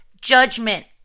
judgment